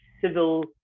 civil